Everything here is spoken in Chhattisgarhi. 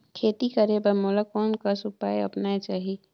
खेती करे बर मोला कोन कस उपाय अपनाये चाही?